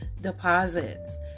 deposits